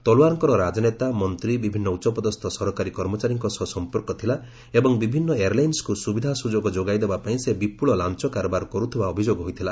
ତଲୱାରଙ୍କର ରାଜନେତା ମନ୍ତୀ ବିଭିନ୍ନ ଉଚ୍ଚପଦସ୍ଥ ସରକାରୀ କର୍ମଚାରୀଙ୍କ ସହ ସଂପର୍କ ଥିଲା ଏବଂ ବିଭିନ୍ନ ଏୟାରଲାଇନ୍ୱକୁ ସୁବିଧା ସୁଯୋଗ ଯୋଗାଇଦେବା ପାଇଁ ସେ ବିପୁଳ ଲାଞ୍ଚ କାରବାର କରୁଥିବା ଅଭିଯୋଗ ହୋଇଥିଲା